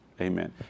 amen